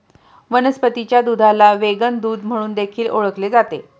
वनस्पतीच्या दुधाला व्हेगन दूध म्हणून देखील ओळखले जाते